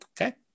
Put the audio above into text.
Okay